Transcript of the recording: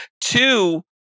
Two